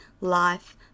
life